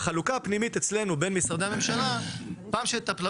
החלוקה הפנימית אצלנו בין משרדי הממשלה כשתהיה